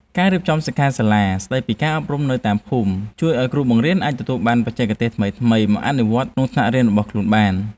ការរៀបចំសិក្ខាសាលាស្តីពីការអប់រំនៅតាមភូមិ ជួយឱ្យគ្រូបង្រៀនអាចទទួលបានបច្ចេកទេសថ្មីៗមកអនុវត្តក្នុងថ្នាក់រៀនរបស់ខ្លួនបាន។